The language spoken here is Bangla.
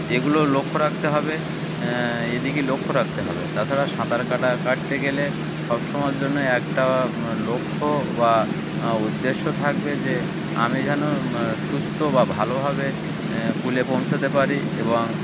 এগুলো লক্ষ্য রাখতে হবে এদিই লক্ষ্য রাখতে হবে তাছাড়া সাঁতার কাটা কাটতে গেলে সব সমময়ের জন্য একটা লক্ষ্য বা উদ্দেশ্য থাকবে যে আমি যেন সুস্থ বা ভালোভাবে কুলে পৌঁছাতে পারি এবং